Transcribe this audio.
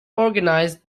organized